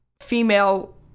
female